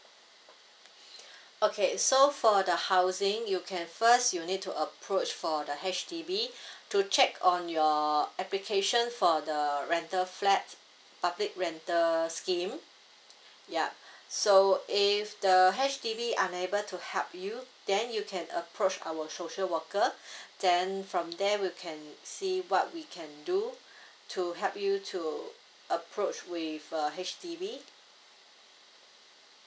okay so for the housing you can first you need to approach for the H_D_B to check on your application for the rental flat public rental scheme yeah so if the H_D_B unable to help you then you can approach our social worker then from there we can see what we can do to help you to approach with uh H_D_B